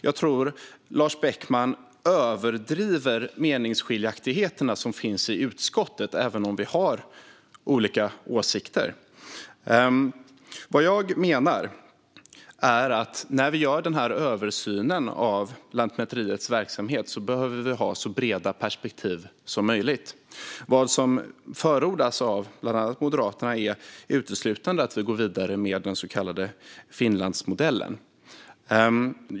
Jag tror att Lars Beckman överdriver meningsskiljaktigheterna i utskottet, även om vi har olika åsikter. Jag menar att när vi gör översynen av Lantmäteriets verksamhet behöver vi ha så breda perspektiv som möjligt. Vad som förordas av bland annat Moderaterna är att vi uteslutande går vidare med den så kallade Finlandsmodellen.